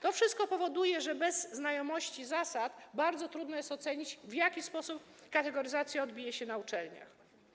To wszystko powoduje, że bez znajomości zasad bardzo trudno jest ocenić, w jaki sposób kategoryzacja odbije się na uczelniach.